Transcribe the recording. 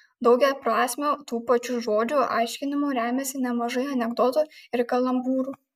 daugiaprasmiu tų pačių žodžių aiškinimu remiasi nemažai anekdotų ir kalambūrų